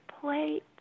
plate